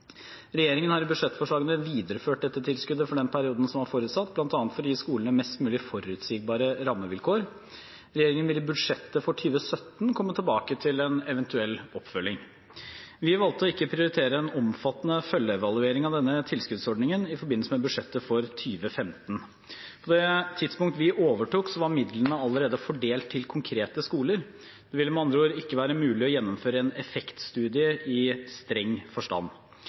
Regjeringen har i budsjettforslagene videreført dette tilskuddet for den perioden som var forutsatt, bl.a. for å gi skolene mest mulig forutsigbare rammevilkår. Regjeringen vil i budsjettet for 2017 komme tilbake til en eventuell oppfølging. Vi valgte å ikke prioritere en omfattende følgeevaluering av denne tilskuddsordningen i forbindelse med budsjettet for 2015. På det tidspunktet vi overtok, var midlene allerede fordelt til konkrete skoler. Det ville med andre ord ikke være mulig å gjennomføre en effektstudie i streng forstand.